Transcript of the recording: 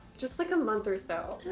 just like a month or so.